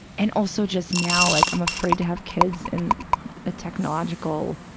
and also just now, like i'm afraid to have kids in a technological,